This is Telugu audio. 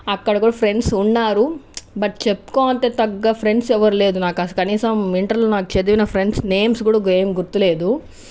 అక్కడ కూడా ఫ్రెండ్స్ ఉన్నారు బట్ చెప్పుకోదగ్గ ఫ్రెండ్స్ ఎవరు లేరు నాకు కనీసం ఇంటర్లో నాకు చదివిన ఫ్రెండ్స్ నేమ్స్ కూడా గే ఏం గుర్తు లేవు